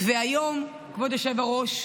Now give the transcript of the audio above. והיום, כבוד היושב-ראש,